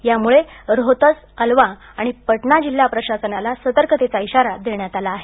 यामुळे रोहतस अलवा आणि पटना जिल्हा प्रशासनाला सतर्कतेचा इशारा देण्यात आला आहे